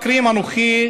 אנוכי,